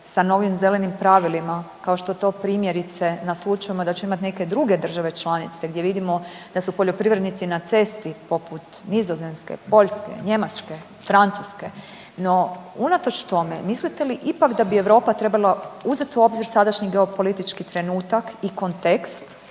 sa novim zelenim pravilima kao što to primjerice naslućujemo da će imati neke druge države članice, gdje vidimo da su poljoprivrednici na cesti poput Nizozemske, Poljske, Njemačke, Francuske. No, unatoč tom mislite li ipak da bi Europa trebala uzeti u obzir sadašnji geopolitički trenutak i kontekst